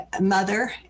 mother